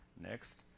Next